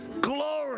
glory